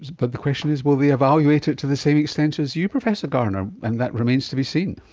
but the question is will they evaluate it to the same extent as you professor gardiner? and that remains to be seen.